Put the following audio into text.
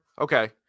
okay